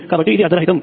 కాబట్టి ఇది అర్థరహితం